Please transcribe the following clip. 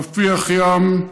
רפיח ים,